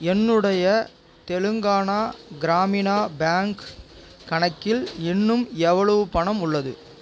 என்னுடைய தெலுங்கானா கிராமினா பேங்க் கணக்கில் இன்னும் எவ்வளவு பணம் உள்ளது